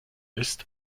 ist